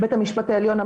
בית המשפט העליון,